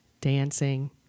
dancing